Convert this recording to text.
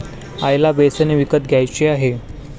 आईला बेसन विकत घ्यायचे आहे